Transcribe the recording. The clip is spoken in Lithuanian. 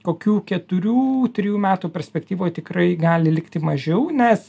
kokių keturių trijų metų perspektyvoj tikrai gali likti mažiau nes